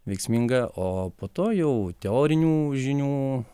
veiksminga o po to jau teorinių žinių